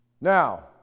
Now